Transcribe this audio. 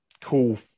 cool